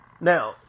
Now